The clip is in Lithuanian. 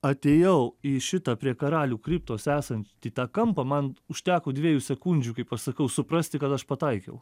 atėjau į šitą prie karalių kriptos esantį tą kampą man užteko dviejų sekundžių kaip aš sakau suprasti kad aš pataikiau